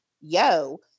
yo